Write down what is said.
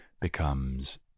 becomes